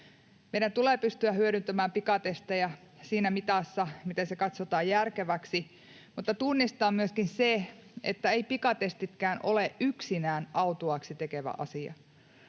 Meidän tulee pystyä hyödyntämään pikatestejä siinä mitassa kuin se katsotaan järkeväksi, mutta tunnistaa myöskin, että eivät pikatestitkään ole yksinään autuaaksi tekevä asia.